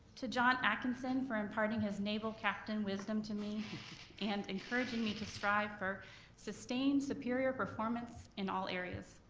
to john atkinson for imparting his naval captain wisdom to me and encouraging me to strive for sustained superior performance in all areas.